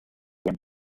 sound